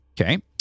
Okay